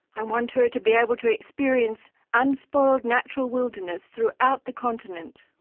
i want her to be able to experience unspoiled natural wilderness, throughout the continent.